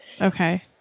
Okay